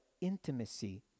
intimacy